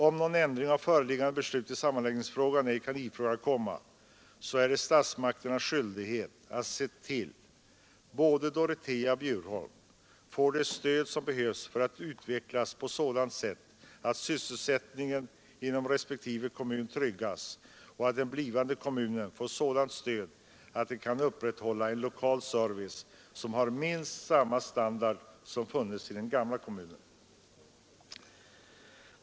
Om någon ändring av föreliggande beslut i sammanläggningsfrågan ej kan ifrågakomma, så är det statsmakternas skyldighet att se till att både Dorotea och Bjurholm får det stöd som behövs för att de skall utvecklas på sådant sätt att sysselsättningen inom respektive kommun tryggas och att den blivande kommunen får sådant stöd att den kan upprätthålla en lokal service av minst samma standard som i den gamla kommunen.